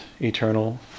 eternal